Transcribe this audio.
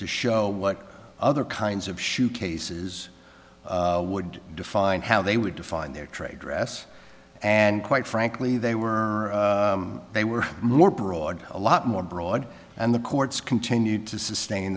to show what other kinds of shoe cases would define how they would define their trade dress and quite frankly they were they were more broad a lot more broad and the courts continued to sustain